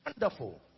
wonderful